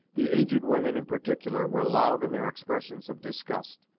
the aged women, in particular, were loud in their expressions of disgust,